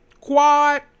Quad